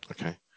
Okay